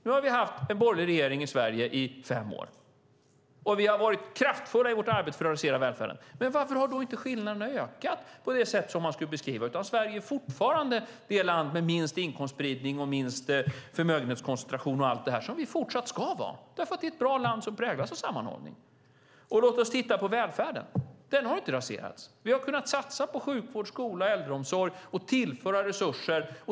Nu har vi haft en borgerlig regering i Sverige i fem år. Vi har varit kraftfulla i vårt arbete för att organisera välfärden. Men varför har då inte skillnaderna ökat på det sätt som man vill beskriva det? Sverige är ju fortfarande det land som har minst inkomstspridning, minst förmögenhetskoncentration och allt det där. Och det ska vi fortsatt vara eftersom detta är ett bra land som präglas av sammanhållning. Låt oss titta på välfärden! Den har inte raserats. Vi har kunnat satsa på sjukvård, skola och äldreomsorg och vi har kunnat tillföra resurser.